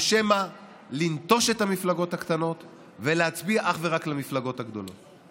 או שמא לנטוש את המפלגות הקטנות ולהצביע אך ורק למפלגות הגדולות.